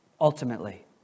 ultimately